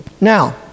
Now